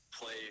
play